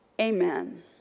Amen